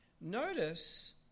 Notice